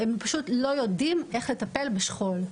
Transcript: והם פשוט לא יודעים איך לטפל בשכול.